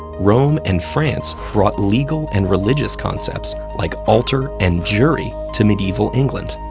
rome and france brought legal and religious concepts, like altar and jury, to medieval england,